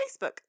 Facebook